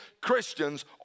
Christians